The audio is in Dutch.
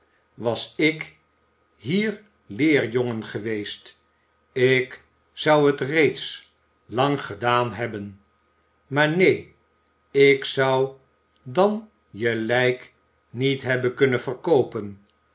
was i k hier leerjongen geweest ik zou het reeds lang gedaan hebben maar neen ik zou dan je lijk niet hebben kunnen verkoopen